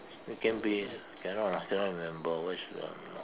it can be cannot lah cannot remember what is the no